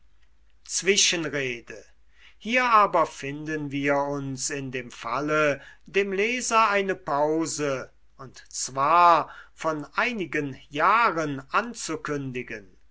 zwischenrede hier aber finden wir uns in dem falle dem leser eine pause und zwar von einigen jahren anzukündigen